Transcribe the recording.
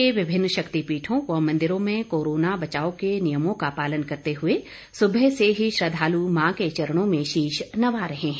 प्रदेश के विभिन्न शक्तिपीठों व मंदिरों में कोरोना बचाव के नियमों का पालन करते हुए सुबह से ही श्रद्दालु मां के चरणों में शीश नवा रहे हैं